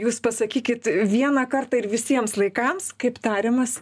jūs pasakykit vieną kartą ir visiems laikams kaip tariamas